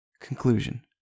Conclusion